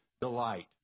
delight